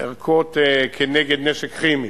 ערכות כנגד נשק כימי.